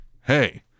hey